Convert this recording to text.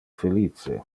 felice